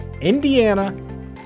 indiana